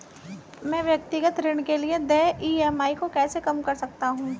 मैं व्यक्तिगत ऋण के लिए देय ई.एम.आई को कैसे कम कर सकता हूँ?